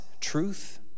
truth